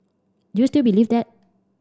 do you still believe that